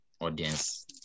audience